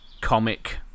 comic